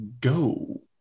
go